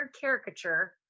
caricature